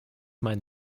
mein